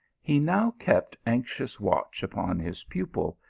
he now kept anxious watch upon his pupil,